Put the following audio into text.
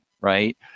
Right